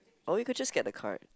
oh you could just get the card